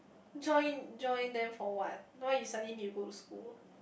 join join them for what why you suddenly need to go to school